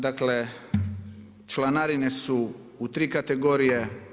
Dakle, članarine su u 3 kategorije.